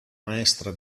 maestra